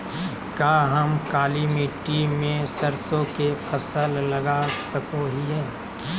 का हम काली मिट्टी में सरसों के फसल लगा सको हीयय?